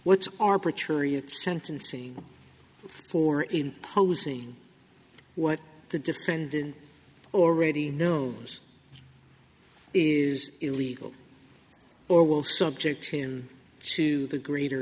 at sentencing for imposing what the defendant already knows is illegal or will subject him to a greater